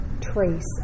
trace